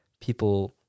people